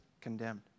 condemned